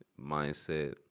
mindset